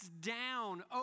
down